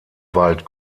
wald